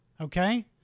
okay